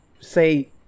say